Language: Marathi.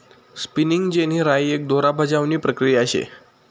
स्पिनिगं जेनी राय एक दोरा बजावणी प्रक्रिया शे